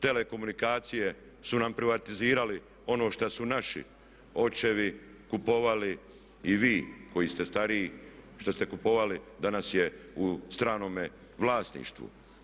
Telekomunikacije su nam privatizirali ono što su naši očevi kupovali i vi koji ste stariji što ste kupovali a danas je u stranome vlasništvu.